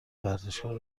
ورزشگاه